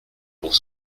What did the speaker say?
pour